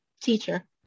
Teacher